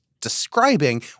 describing